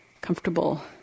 comfortable